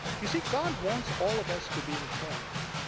you see, god wants all of us to be informed.